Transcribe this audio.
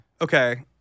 Okay